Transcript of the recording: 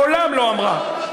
מעולם לא אמרה,